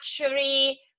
luxury